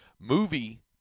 movie